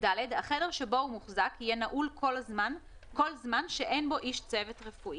(ד)החדר שבו הוא מוחזק יהיה נעול כל זמן שאין בו איש צוות רפואי,